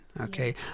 okay